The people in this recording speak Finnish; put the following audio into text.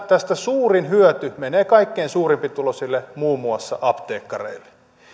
tästä suurin hyöty menee kaikkein suurituloisimmille muun muassa apteekkareille